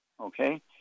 okay